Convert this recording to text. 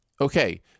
Okay